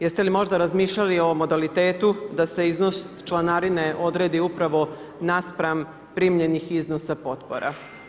Jeste li možda razmišljali o modalitetu, da se iznos članarine odredi upravo, naspram primljenih iznosa potpora?